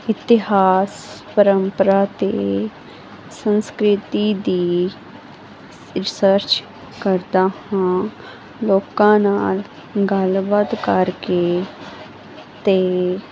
ਇਤਿਹਾਸ ਪਰੰਪਰਾ ਤੇ ਸੰਸਕ੍ਰਿਤੀ ਦੀ ਰਿਸਰਚ ਕਰਦਾ ਹਾਂ ਲੋਕਾਂ ਨਾਲ ਗੱਲਬਾਤ ਕਰਕੇ ਤੇ